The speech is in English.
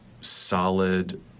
solid